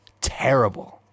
terrible